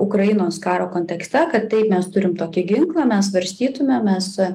ukrainos karo kontekste kad taip mes turim tokį ginklą mes svarstytumėm mes